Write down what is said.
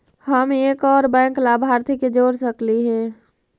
हम एक और बैंक लाभार्थी के जोड़ सकली हे?